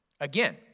Again